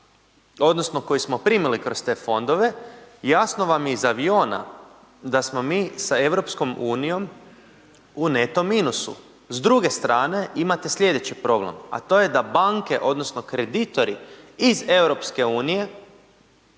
odnosno koji smo primili kroz te fondove jasno vam je iz aviona da smo mi sa EU u neto minusu. S druge strane imate slijedeći problem, a to je da banke odnosno kreditori iz EU